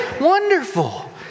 Wonderful